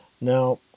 Now